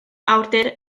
awdur